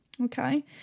okay